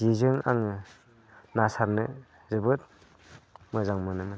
जेजों आङो ना सारनो जोबोद मोजां मोनोमोन